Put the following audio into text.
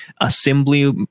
assembly